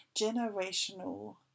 generational